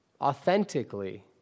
authentically